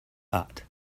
but